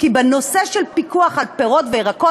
כי בנושא של פיקוח על מחירי פירות וירקות,